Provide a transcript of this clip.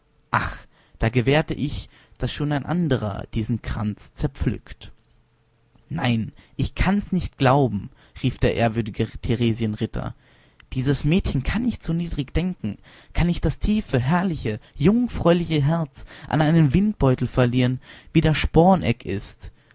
aufbewahrt ach da gewahrte ich daß schon ein anderer diesen kranz zerpflückt nein ich kann's nicht glauben rief der ehrwürdige theresienritter dieses mädchen kann nicht so niedrig denken kann nicht das tiefe herrliche jungfräuliche herz an einen windbeutel verlieren wie der sporeneck ist